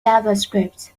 javascript